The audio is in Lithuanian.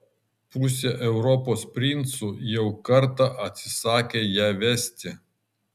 pusė europos princų jau kartą atsisakė ją vesti